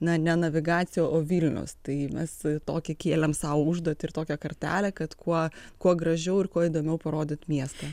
na ne navigacija o vilnius tai mes tokį kėlėm sau užduotį ir tokią kartelę kad kuo kuo gražiau ir kuo įdomiau parodyt miestą